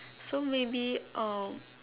so maybe um